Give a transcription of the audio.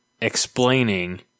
explaining